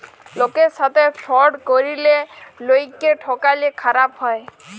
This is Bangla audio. লকের সাথে ফ্রড ক্যরলে লকক্যে ঠকালে খারাপ হ্যায়